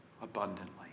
Abundantly